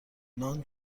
نان